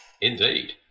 Indeed